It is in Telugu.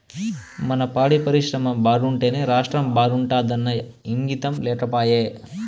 మన పాడి పరిశ్రమ బాగుంటేనే రాష్ట్రం బాగుంటాదన్న ఇంగితం లేకపాయే